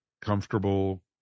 comfortable